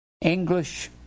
English